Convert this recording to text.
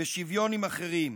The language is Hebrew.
בשוויון עם אחרים,